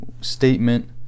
Statement